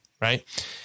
Right